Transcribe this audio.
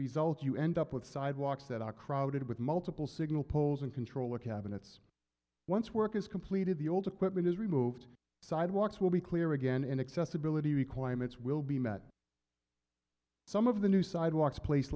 result you end up with sidewalks that are crowded with multiple signal poles in control of cabinets once work is completed the old equipment is removed sidewalks will be clear again and accessibility requirements will be met some of the new sidewalks place